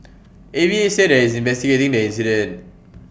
A V A said IT is investigating the incident